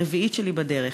הרביעית שלי בדרך,